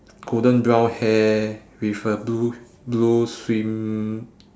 golden brown hair with a blue blue swim~